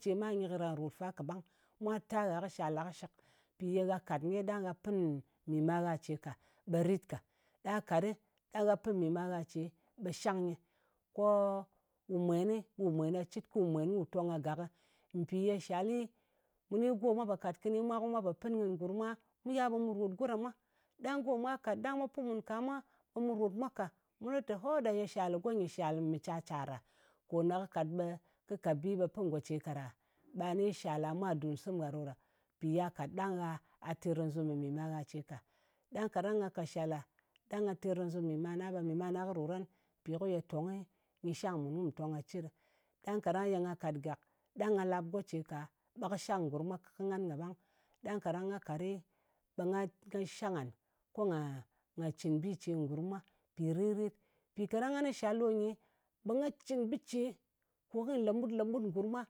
Ce ma karan rot fa kaɓang. Mwa ta gha kɨ shal ɗa kɨshɨk. Mpì ye gha kat nyet ɗang gha pɨn mɨ ma gha ce ka, ɓe rit ka. Da kat ɗɨ, ɗang gha pin mì ma gha ce, ɓe shang nyɨ, ko wu mwenɨ, ɓù mwen ka cɨt, ko wè mwèn kù tong kagakghɨ. Mpì ye shali, mu ni go mwa pò kat kɨnɨ mwa, ko mwa po pɨn kɨnɨ ngurm mwa, kɨ yal ɓe mu ròt go ɗa mwa. Ɗang go mwa kat ɗang mwa pɨn mun ka mwa, ɓe mù ròt mwa ka. Mu lɨ te, ho ɗa, ye shal kɨ go nyɨ mɨ cyar-cyàr a! Kò ne kɨ kat ɓe, kɨ kat bi ɓe pin go ce ka ɗa. Ɓa ni shal ɗa, mwa dùn sɨm gha ɗo ɗa. Mpì ya kàt ɗa terkazɨm kɨ mì ma gha ce ka. Ɗang kaɗang nga kat shal ɗa ɗang nga terkazɨm kɨ mi ma na ɓe mì mana kɨ ròt ɗan. Mpì ko ye tongni nyɨ shang mùn ku tong ka cit ɗɨ. Ɗang kaɗang hye nga kàt gàk, ɗang nga lap go ce ka, ɓe kɨ shang ngurm mwa kɨ ngan kaɓang. Ɗang kaɗang nga kat ɗɨ, ɓe nga ɓe kɨ shang ngan. Ko nga, nga cɨn bɨ ce ngurm mwa mpì ririt. Mpì kaɗang ngan kɨ shal ɗo nyi, ɓe nga cɨn bɨ ce, ko kyi lemut ngurm mwa.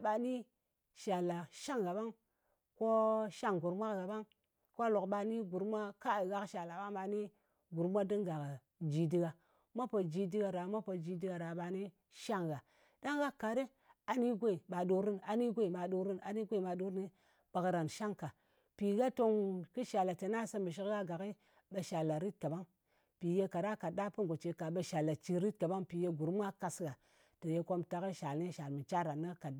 Ba ni shal ɗa shang gha ɓang, ko shang ngurm mwa kɨ gha bang. Kwa lok ɓa ni gurm mwa, kayi gha kɨ shal ɗa ɓang ɓa ni gurm mwa dinga kɨ ji dɨ gha. Mwa pò jɨ dɨ gha, mwa pò ji dɨ gha ɗa, mwa pò ji dɨ gha ɗa, ɓa ni shang ngha. Ɗang gha kat ɗɨ, ɓa ni go nyɨ ɓa ɗor kɨnɨ, a ni go nyɨ ɓa ɗor kɨnɨ ɓe karan shang ka. Mpì gha tong kɨ shal ɗa te gha se mbɨshɨk gha gakkɨ, ɓe shal ɗa rit kaɓang. Mpì ye kaɗa kat ɗa pɨn ngo ce ka, ɓe shal ɗa cir rit kaɓang, mpì ye gurm mwa kas gha, te ye komtak shal ni shal mɨ cyar a. Nɨ kɨ kat,